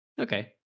Okay